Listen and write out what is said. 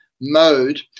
mode